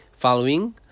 Following